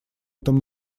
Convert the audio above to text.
этом